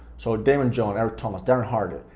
so daymond john, eric thomas, darren hardy,